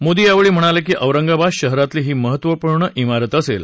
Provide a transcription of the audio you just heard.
मोदी यावेळी म्हणाले की औरंगाबाद शहरातली ही महत्वपूर्ण भारत असेल